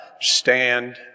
stand